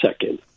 second